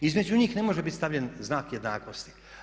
Između njih ne može biti stavljen znak jednakosti.